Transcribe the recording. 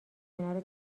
کنار